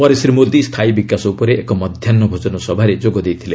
ପରେ ଶ୍ରୀ ମୋଦି ସ୍ଥାୟୀ ବିକାଶ ଉପରେ ଏକ ମଧ୍ୟାହୁ ଭୋଜନ ସଭାରେ ଯୋଗ ଦେଇଥିଲେ